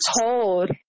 told